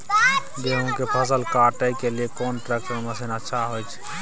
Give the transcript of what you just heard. गेहूं के फसल काटे के लिए कोन ट्रैक्टर मसीन अच्छा होय छै?